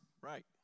Right